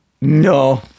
No